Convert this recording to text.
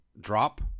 Drop